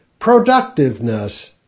productiveness